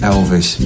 Elvis